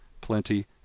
plenty